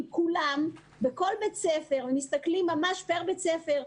כולם בכל בית ספר ומסתכלים ממש פר בית ספר,